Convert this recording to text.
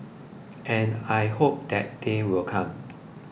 and I hope that day will come